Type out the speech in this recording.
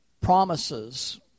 promises